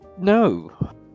No